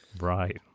Right